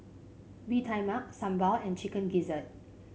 Bee Tai Mak sambal and Chicken Gizzard